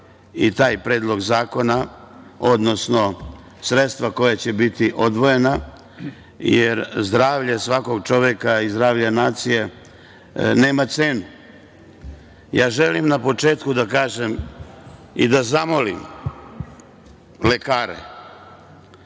i taj predlog zakona, odnosno sredstva koja će biti odvojena, jer zdravlje svakog čoveka i zdravlje nacije nema cenu. Želim na početku da kažem i da zamolim lekare,